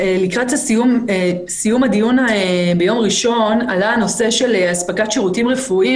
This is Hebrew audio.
לקראת סיום הדיון ביום ראשון עלה הנושא של אספקת שירותים רפואיים